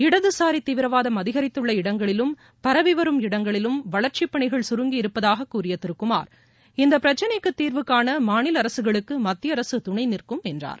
இடதுசாரி தீவிரவாதம் அதிகரித்துள்ள இடங்களிலும் பரவிவரும் இடங்களிலும் வளர்ச்சி பணிகள் கருங்கியிருப்பதாக கூறிய திரு குமார் இந்த பிரச்சனைக்கு தீர்வு காண மாநில அரசுகளுக்கு மத்திய அரசு துணை நிற்கும் என்றார்